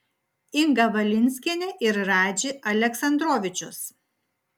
inga valinskienė ir radži aleksandrovičius